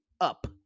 up